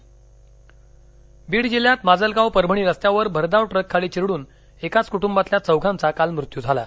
अपघात बीड जिह्यात माजलगाव परभणी रस्त्यावर भरधाव ट्रक खाली चिरडून एकाच कुटुंबातल्या चौघांचा काल मृत्यू झाला